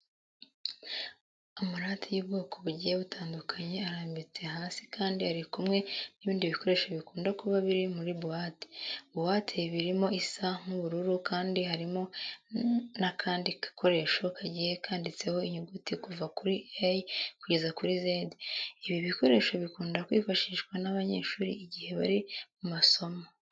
Amarati y'ubwoko bugiye butandukanye arambitse hasi kandi ari kumwe n'ibindi bikoresho bikunda kuba biri muri buwate. Buwate birimo isa nk'ubururu kandi harimo n'akandi gakoresho kagiye kanditseho inyuguti kuva kuri A kugera kuri Z. Ibi bikoresho bikunda kwifashishwa n'abanyeshuri igihe bari mu masomo.